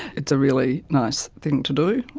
it's a really nice thing to do.